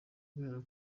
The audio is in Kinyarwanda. kubera